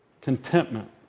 Contentment